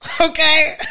okay